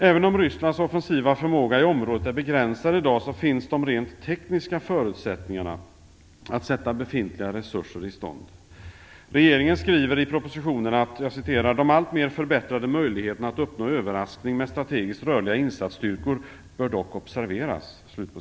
Även om Rysslands offensiva förmåga i området är begränsad i dag finns de rent tekniska förutsättningarna att sätta befintliga resurser i stånd. Regeringen skriver i propositionen: "De alltmer förbättrade möjligheterna att uppnå överraskning med strategiskt rörliga insatsstyrkor bör dock observeras".